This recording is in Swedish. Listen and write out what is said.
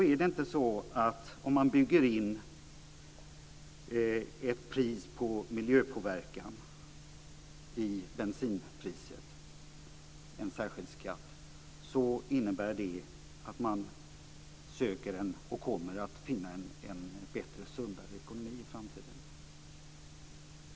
· Är det inte så att om man bygger in ett pris på miljöpåverkan i bensinpriset - en särskild skatt - så innebär det att man söker och kommer att finna en bättre och sundare ekonomi i framtiden?